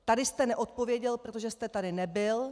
Tady jste neodpověděl, protože jste tady nebyl.